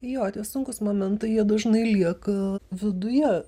jo tie sunkūs momentai jie dažnai lieka viduje